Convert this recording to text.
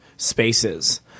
spaces